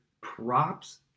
Props